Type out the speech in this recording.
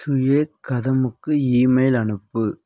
Su Jok கதமுக்கு email அனுப்பு